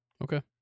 Okay